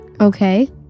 Okay